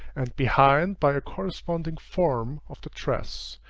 and behind by a corresponding form of the dress,